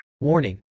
Warning